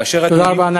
כאשר, תודה רבה.